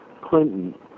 Clinton